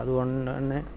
അതുകൊണ്ടു തന്നെ